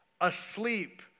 asleep